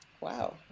Wow